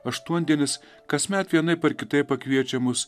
aštuondienis kasmet vienaip ar kitaip pakviečia mus